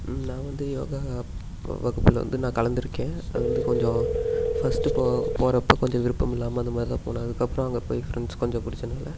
நான் வந்து யோகா வகுப்பில் வந்து நான் கலந்திருக்கேன் அது வந்து கொஞ்சம் ஃபர்ஸ்ட்டு இப்போது போகிறப்ப கொஞ்சம் விருப்பமில்லாமல் அந்த மாதிரி தான் போன அதுக்கப்புறம் அங்கே போய் ஃப்ரெண்ட்ஸ் கொஞ்சம் பிடிச்சனால